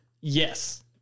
Yes